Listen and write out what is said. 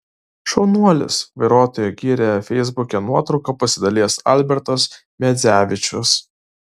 šaunuolis vairuotoją gyrė feisbuke nuotrauka pasidalijęs albertas medzevičius